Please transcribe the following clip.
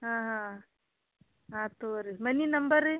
ಹಾಂ ಹಾಂ ಆತು ತಗೋ ರೀ ಮನೆ ನಂಬರ